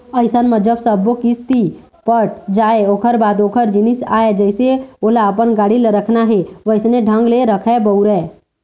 अइसन म जब सब्बो किस्ती पट जाय ओखर बाद ओखर जिनिस आय जइसे ओला अपन गाड़ी ल रखना हे वइसन ढंग ले रखय, बउरय